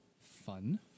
fun